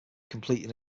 completing